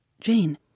Jane